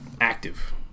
active